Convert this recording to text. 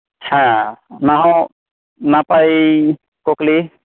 ᱦᱮᱸ ᱚᱱᱟᱦᱚᱸ ᱱᱟᱯᱟᱭ ᱠᱩᱠᱞᱤ